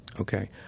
okay